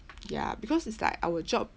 ya because it's like our job